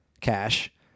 cash